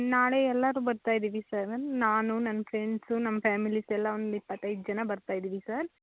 ನಾಳೆ ಎಲ್ಲರೂ ಬರ್ತಾ ಇದ್ದೀವಿ ಸರ್ ನಾನು ನನ್ನ ಫ್ರೆಂಡ್ಸು ನನ್ನ ಫ್ಯಾಮಿಲಿಸ್ ಎಲ್ಲ ಒಂದು ಇಪ್ಪತ್ತೈದು ಜನ ಬರ್ತಾ ಇದೀವಿ ಸರ್